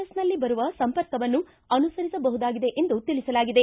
ಎಸ್ನಲ್ಲಿ ಬರುವ ಸಂಪರ್ಕವನ್ನು ಅನುಸರಿಸಬಹುದಾಗಿದೆ ಎಂದು ತಿಳಿಸಲಾಗಿದೆ